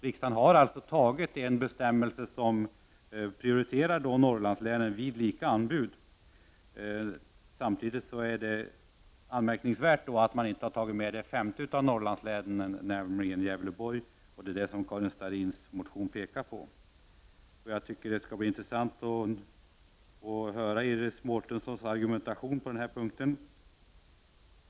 Riksdagen har alltså antagit en bestämmelse som prioriterar Norrlandslänen vid lika anbud. Anmärkningsvärt är dock att man inte har tagit med det femte Norrlandslänet, Gävleborg. Det pekar också Karin Starrin på i sin motion. Det skall bli intressant att höra Iris Mårtenssons argumentation på denna punkt.